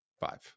five